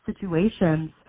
situations